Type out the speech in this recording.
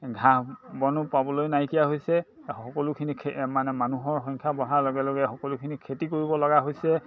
ঘাঁহ বনো পাবলৈ নাইকিয়া হৈছে সকলোখিনি মানে মানুহৰ সংখ্যা বঢ়াৰ লগে লগে সকলোখিনি খেতি কৰিব লগা হৈছে